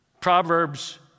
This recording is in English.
Proverbs